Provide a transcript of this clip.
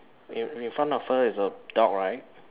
in in front of her is a dog right